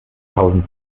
tausend